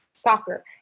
soccer